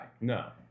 No